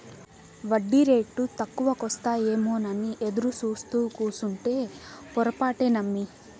ఒడ్డీరేటు తక్కువకొస్తాయేమోనని ఎదురుసూత్తూ కూసుంటే పొరపాటే నమ్మి